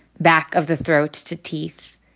back of the throat to teeth.